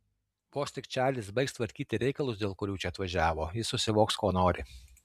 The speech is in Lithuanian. vos tik čarlis baigs tvarkyti reikalus dėl kurių čia atvažiavo jis susivoks ko nori